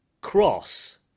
cross